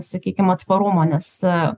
sakykim atsparumo nes